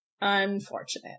unfortunate